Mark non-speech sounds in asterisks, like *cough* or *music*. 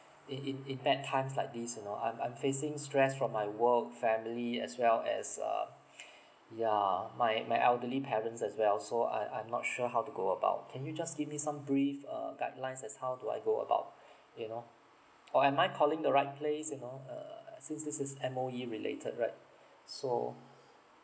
eh in in bad times like this you know I'm I'm facing stress from my work family as well as uh *breath* yeah my my elderly parents as well so I I'm not sure how to go about can you just give me some brief uh guidelines as how do I go about you know or am I calling the right place you know uh since this is M_O_E related right so